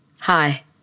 Hi